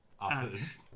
others